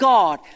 God